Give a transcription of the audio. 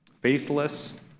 faithless